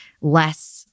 less